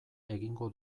egingo